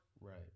Right